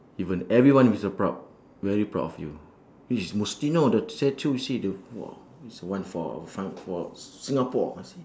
even everyone is so proud very proud of you this is mustino the statue you see the !wah! this is the one for fight for singapore ah see